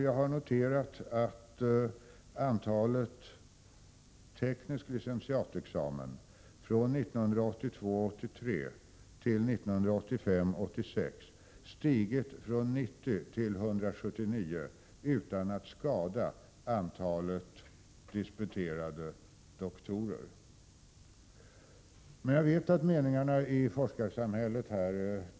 Jag har noterat att antalet tekniska licentiatexamina från 1982 86 stigit från 90 till 179, utan att skada antalet disputerade doktorer. Meningarna är dock delade i forskarsamhället.